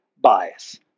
bias